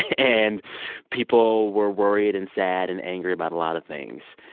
and people were worried and sad and angry about a lot of things.